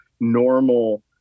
normal